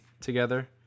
together